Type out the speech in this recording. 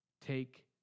take